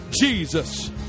jesus